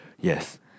Yes